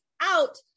out